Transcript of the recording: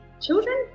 children